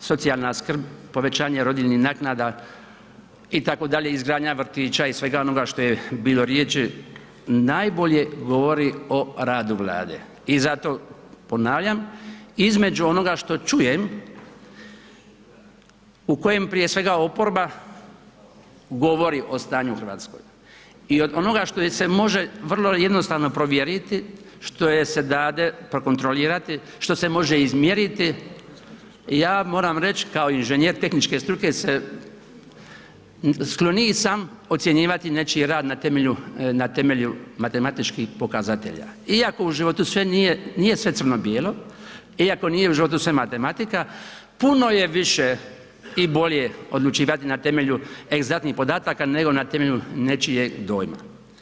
socijalna skrb povećanje rodiljnih naknada itd., izgradnja vrtića i svega onoga što je bilo riječi, najbolje govori o radu Vlade i zato ponavljam, između onoga što čujem, u kojem prije svega oporba govori o stanju u RH i od onoga što je se može vrlo jednostavno provjeriti, što joj se dade prekontrolirati, što se može izmjeriti, ja moram reć kao inženjer tehničke struke se, skloniji sam ocjenjivati nečiji rad na temelju, na temelju matematičkih pokazatelja iako u životu sve nije, nije sve crno bijelo, iako nije u životu sve matematika, puno je više i bolje odlučivati na temelju egzaktnih podataka, nego na temelju nečijeg dojma.